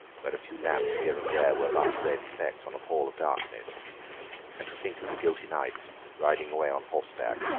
where a few lamps here and there were but red specks on a pall of darkness and to think of the guilty knights riding away on horseback,